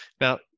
Now